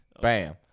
Bam